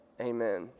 Amen